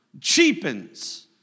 cheapens